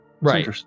Right